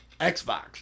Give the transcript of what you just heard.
Xbox